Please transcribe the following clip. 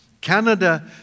Canada